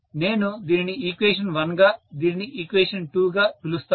నేను దీనిని ఈక్వేషన్ 1గా దీనిని ఈక్వేషన్ 2 గా పిలుస్తాను